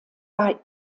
war